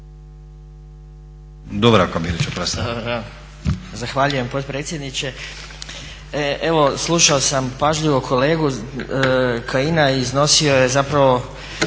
**Bilić, Dubravko (SDP)** Zahvaljujem potpredsjedniče. Evo slušao sam pažljivo kolegu Kajina i iznosio je zapravo